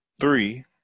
Three